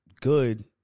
good